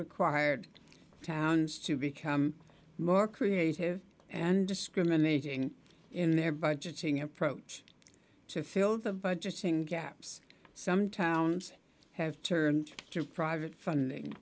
required towns to become more creative and discriminating in their budgeting approach to fill the budgeting gaps some towns have turned to private funding